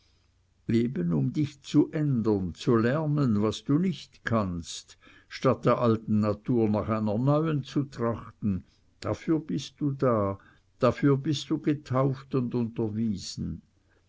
eben um dich zu ändern zu lernen was du nicht kannst statt der alten natur nach einer neuen zu trachten dafür bist du da dafür bist du getauft und unterwiesen